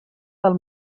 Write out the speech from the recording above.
del